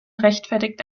rechtfertigt